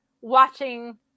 watching